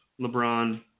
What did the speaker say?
LeBron